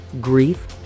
grief